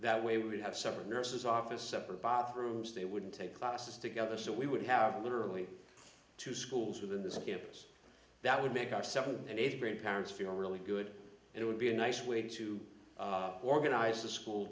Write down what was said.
that way would have separate nurses office separate bathrooms they wouldn't take classes together so we would have literally two schools within the campus that would make our seventh and eighth grade parents feel really good and it would be a nice way to organize the school